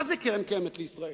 מה זה קרן קיימת לישראל?